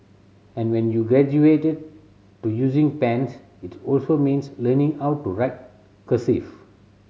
and when you graduated to using pens it also means learning how to write cursive